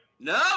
No